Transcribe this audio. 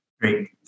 Great